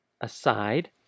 aside